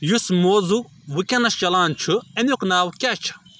یُس موضوٗک وٕنکیٚنس چلان چُھ اَمِیُک ناو کیاہ چھُ ؟